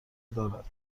دارد